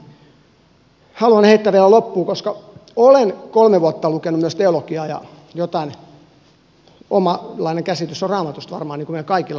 kolmantena haluan heittää vielä erään asian loppuun koska olen kolme vuotta lukenut myös teologiaa ja minulla on omanlainen käsitys raamatusta niin kuin varmaan meillä kaikilla